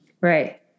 Right